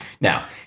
Now